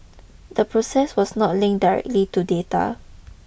the process was not linked directly to data